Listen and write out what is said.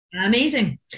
Amazing